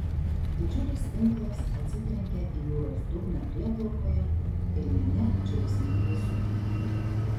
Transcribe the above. didžiulis tinklas atsitrenkia į jūros dugną prieplaukoje ir minia džiaugsmingai suklykia